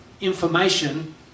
information